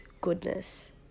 goodness